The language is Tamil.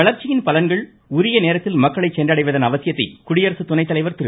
வளர்ச்சியின் பலன்கள் உரிய நேரத்தில் மக்களை சென்றடைவதன் அவசியத்தை குடியரசு துணைத்தலைவர் திரு